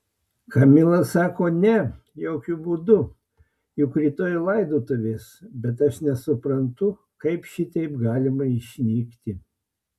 kamila sako ne jokiu būdu juk rytoj laidotuvės bet aš nesuprantu kaip šitaip galima išnykti